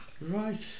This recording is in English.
Right